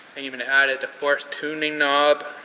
even added a force tuning knob.